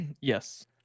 Yes